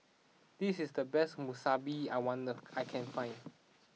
this is the best Monsunabe I wonder I can find